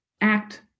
act